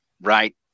right